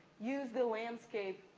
use the landscape